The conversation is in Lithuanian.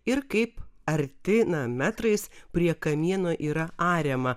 ir kaip arti na metrais prie kamieno yra ariama